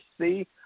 see